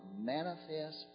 Manifest